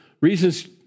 reasons